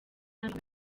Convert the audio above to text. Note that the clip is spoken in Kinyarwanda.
ahubwo